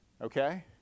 okay